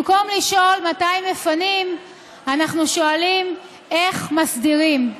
במקום לשאול מתי מפנים אנחנו שואלים איך מסדירים.